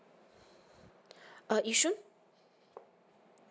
err yishun